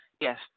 yes